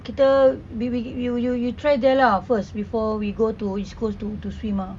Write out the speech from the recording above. kita we you you you try there lah first before we go to east coast to to swim ah